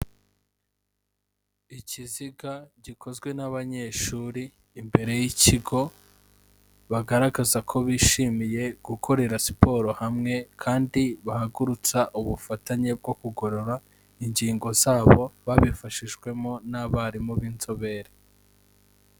Ikiziga gikozwe n'abanyeshuri imbere y'ikigo, bagaragaza ko bishimiye gukorera siporo hamwe, kandi bahagurutsa ubufatanye bwo kugorora, ingingo zabo, babifashijwemo n'abarimu b'inzobere.